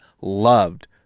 loved